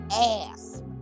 ass